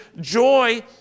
joy